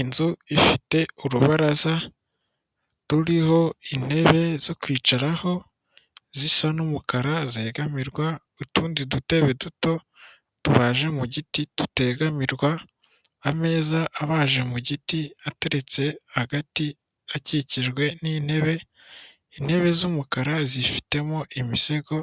Inzu ifite urubaraza ruriho intebe zo kwicaraho zisa n'umukara, zegamirwa, utundi dutebe duto tubaje mu giti, tutegamirwa, ameza abaje mu giti ateretse hagati, akikijwe n'intebe, intebe z'umukara zifitemo imisego,